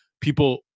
people